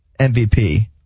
MVP